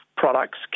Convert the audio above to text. products